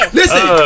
listen